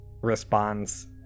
Responds